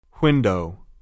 Window